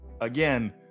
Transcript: again